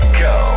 go